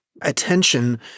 attention